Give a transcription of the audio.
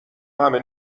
همه